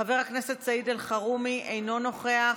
חבר הכנסת סעיד אלחרומי, אינו נוכח,